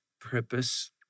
purpose